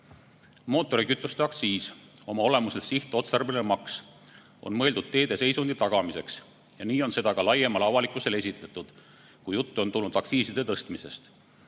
omamata. Mootorikütuste aktsiis, oma olemuselt sihtotstarbeline maks, on mõeldud teede seisundi tagamiseks ja nii on seda ka laiemale avalikkusele esitletud, kui juttu on tulnud aktsiiside tõstmisest.